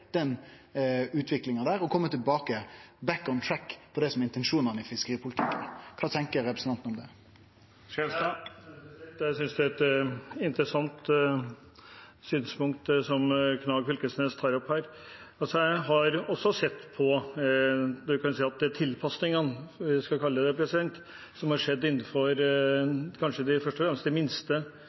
den utviklinga og kome «back on track» til intensjonane i fiskeripolitikken. Kva tenkjer representanten om det? Jeg synes det er et interessant synspunkt Knag Fylkesnes tar opp her. Jeg har også sett på tilpasningene som har skjedd innenfor kanskje først og fremst de minste gruppene for å komme opp i en større gruppe, der det